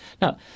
Now